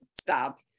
stop